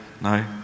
No